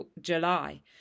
July